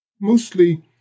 mostly